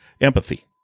empathy